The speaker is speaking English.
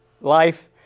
life